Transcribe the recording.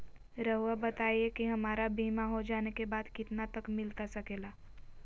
रहुआ बताइए कि हमारा बीमा हो जाने के बाद कितना तक मिलता सके ला?